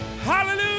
Hallelujah